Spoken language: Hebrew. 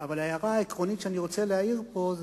אבל ההערה העקרונית שאני רוצה להעיר פה היא